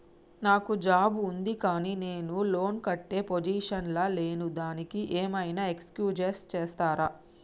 నాకు జాబ్ ఉంది కానీ నేను లోన్ కట్టే పొజిషన్ లా లేను దానికి ఏం ఐనా ఎక్స్క్యూజ్ చేస్తరా?